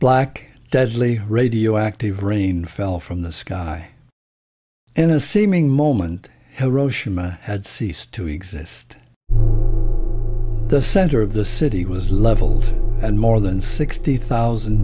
black deadly radioactive rain fell from the sky and a seeming moment hiroshima had ceased to exist the center of the city was leveled and more than sixty thousand